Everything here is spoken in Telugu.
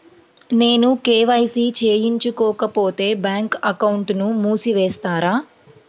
నేను కే.వై.సి చేయించుకోకపోతే బ్యాంక్ అకౌంట్ను మూసివేస్తారా?